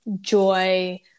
joy